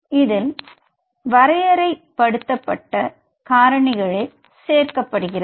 இதில் வரையறை படுத்தப்பட்ட காரணிகளே சேர்க்கப்படுகிறது